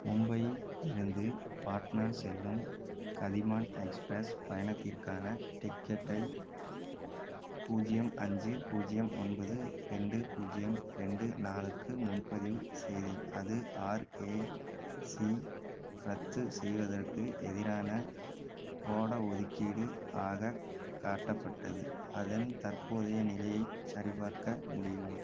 மும்பை இருந்து பாட்னா செல்லும் கதிமான் எக்ஸ்பிரஸ் பயணத்திற்கான டிக்கெட்டை பூஜ்ஜியம் அஞ்சு பூஜ்ஜியம் ஒன்பது ரெண்டு பூஜ்ஜியம் ரெண்டு நாலுக்கு முன்பதிவு செய்தேன் அது ஆர்ஏசி ரத்து செய்வதற்கு எதிரான ஓட ஒதுக்கீடு ஆக காட்டப்பட்டது அதன் தற்போதைய நிலையைச் சரிபார்க்க முடியுமா